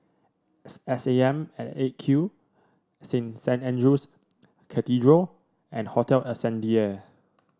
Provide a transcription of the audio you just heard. S A M at Eight Q Saint Andrew's Cathedral and Hotel Ascendere